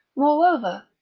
moreover,